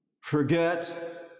forget